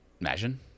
imagine